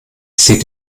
sie